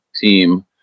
team